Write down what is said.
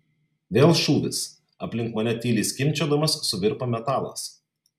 vėl šūvis aplink mane tyliai skimbčiodamas suvirpa metalas